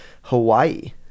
hawaii